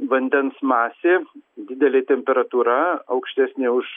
vandens masė didelė temperatūra aukštesnė už